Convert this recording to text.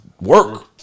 work